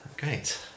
Great